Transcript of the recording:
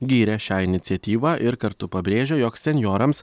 gyrė šią iniciatyvą ir kartu pabrėžia jog senjorams